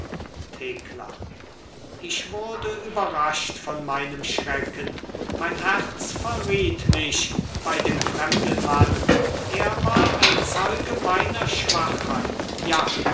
thekla ich wurde überrascht von meinem schrecken mein herz verriet mich bei dem fremden mann er war ein zeuge meiner schwachheit ja